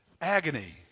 Agony